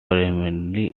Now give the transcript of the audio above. primarily